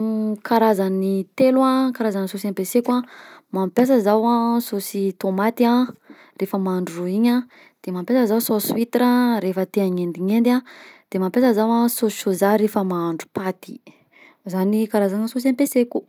Karazany telo an, karazany saosy ampiasaiko an: mampiasa zaho a saosy tomaty refa mahandro ro igny a de mampiasa zaho saosy huitre refa te hagnendignendy de mampiasa zaho a saosy sôza refa mahandro paty, zany karazagna saosy ampiasaiko.